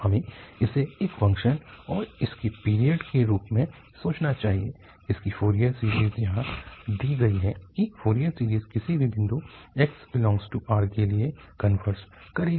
हमें इसे एक फ़ंक्शन और इसकी पीरियड के रूप में सोचना चाहिए इसकी फोरियर सीरीज़ यहाँ दी गई है कि फोरियर सीरीज़ किसी भी बिंदु x∈R के लिए कनवर्जस करेगी